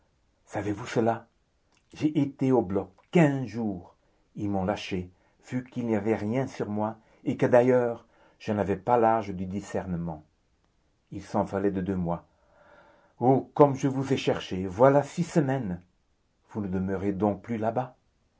savez-vous cela j'ai été au bloc quinze jours ils m'ont lâchée vu qu'il n'y avait rien sur moi et que d'ailleurs je n'avais pas l'âge du discernement il s'en fallait de deux mois oh comme je vous ai cherché voilà six semaines vous ne demeurez donc plus là-bas